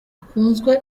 akunzwe